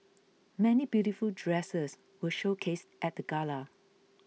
many beautiful dresses were showcased at the gala